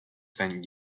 spent